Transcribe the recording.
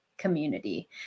community